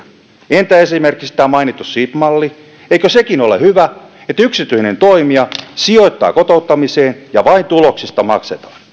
entä esimerkiksi tämä mainittu sib malli eikö sekin ole hyvä että yksityinen toimija sijoittaa kotouttamiseen ja vain tuloksista maksetaan